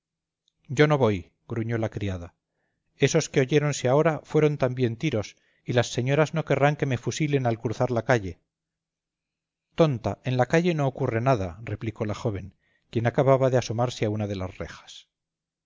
yo no voy gruñó la criada esos que oyéronse ahora fueron también tiros y las señoras no querrán que me fusilen al cruzar la calle tonta en la calle no ocurre nada replicó la joven quien acababa de asomarse a una de las rejas